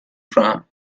from